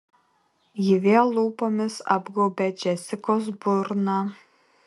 ji vėl lūpomis apgaubė džesikos burną